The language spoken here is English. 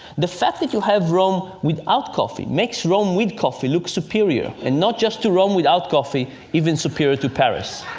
the fact that you have rome without coffee makes rome with coffee look superior, and not just to rome without coffee even superior to paris.